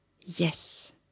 Yes